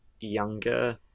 younger